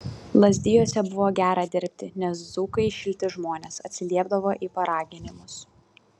lazdijuose buvo gera dirbti nes dzūkai šilti žmonės atsiliepdavo į paraginimus